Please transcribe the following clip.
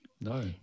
No